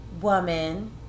woman